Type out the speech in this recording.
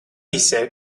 ise